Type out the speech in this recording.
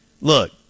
look